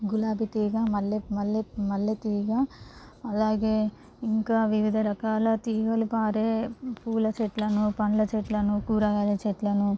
గులాబీ తీగ మల్లె మల్లె మల్లెతీగ అలాగే ఇంకా వివిధ రకాల తీగలు పారే పూల చెట్లను పండ్ల చెట్లను కూరగాయల చెట్లను